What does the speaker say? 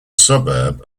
suburb